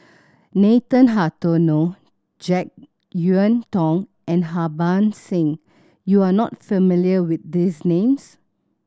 Nathan Hartono Jek Yeun Thong and Harbans Singh you are not familiar with these names